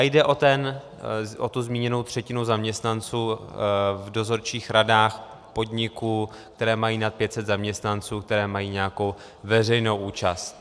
Jde o tu zmíněnou třetinu zaměstnanců v dozorčích radách podniků, které mají nad 500 zaměstnanců, které mají nějakou veřejnou účast.